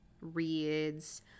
reads